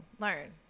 learn